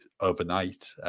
overnight